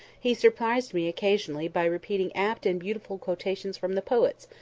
he surprised me occasionally by repeating apt and beautiful quotations from the poets,